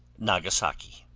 nagasaki,